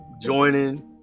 joining